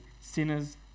sinners